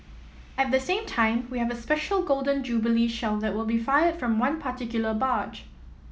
at the same time we have a special Golden Jubilee Shell that will be fired from one particular barge